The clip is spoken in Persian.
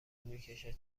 میکشد